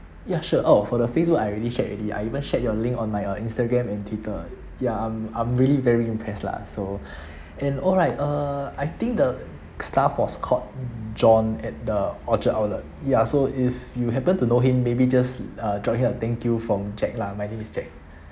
ya sure oh for the Facebook I already shared already I even shared your link on my uh Instagram and Twitter ya I'm I'm really very impressed lah so and alright uh I think the staff was called john at the orchard outlet ya so if you happen to know him maybe just uh drop him a thank you from jack lah my name is jack